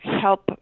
help